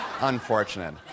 unfortunate